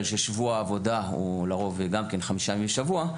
ששבוע העבודה הוא לרוב גם כן חמישה ימים בשבוע,